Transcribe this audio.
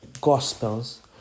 Gospels